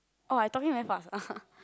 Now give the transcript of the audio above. oh I talking very fast ah